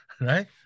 Right